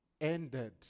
ended